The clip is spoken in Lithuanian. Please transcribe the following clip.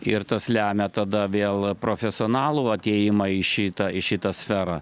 ir tas lemia tada vėl profesionalų atėjimą į šitą šitą sferą